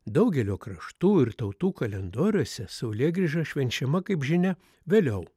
daugelio kraštų ir tautų kalendoriuose saulėgrįža švenčiama kaip žinia vėliau